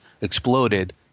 exploded